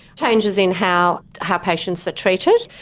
changes in how how patients are treated.